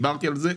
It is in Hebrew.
דיברתי על זה,